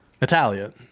natalia